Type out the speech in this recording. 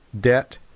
debt